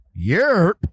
Yerp